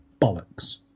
bollocks